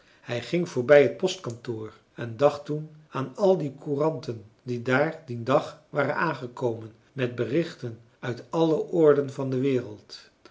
hij ging voorbij het postkantoor en dacht toen aan al die couranten die daar dien dag waren aangekomen met berichten uit alle oorden van de wereld